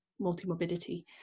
multimorbidity